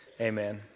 Amen